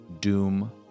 Doom